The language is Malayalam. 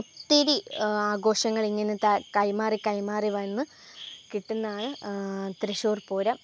ഒത്തിരി ആഘോഷങ്ങളിങ്ങനെ കൈമാറി കൈമാറി വന്നു കിട്ടുന്നതാണ് തൃശ്ശൂർ പൂരം